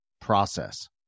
process